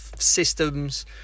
systems